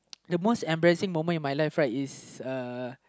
the most embarrassing moment in my life right is uh